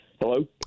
Hello